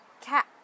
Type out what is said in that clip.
Cat